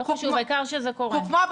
לא חשוב, העיקר שזה קורה.